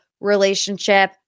relationship